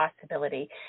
possibility